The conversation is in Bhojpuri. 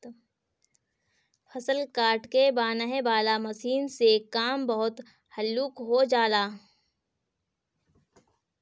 फसल काट के बांनेह वाला मशीन से काम बहुत हल्लुक हो जाला